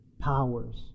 powers